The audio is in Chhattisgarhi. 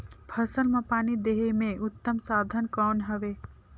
फसल मां पानी देहे के उत्तम साधन कौन हवे?